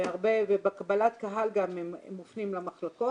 ובקבלת קהל הם מופנים למחלקות.